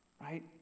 Right